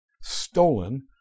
stolen